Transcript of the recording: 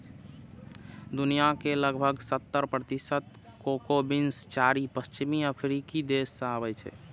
दुनिया के लगभग सत्तर प्रतिशत कोको बीन्स चारि पश्चिमी अफ्रीकी देश सं आबै छै